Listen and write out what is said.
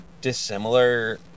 dissimilar